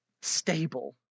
Stable